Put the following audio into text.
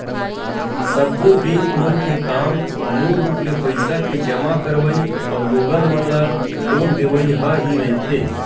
सब्बो बेंक मन के काम मूल रुप ले पइसा के जमा करवई अउ लोगन मन ल लोन देवई ह ही रहिथे